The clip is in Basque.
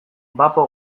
bapo